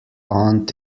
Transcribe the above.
aunt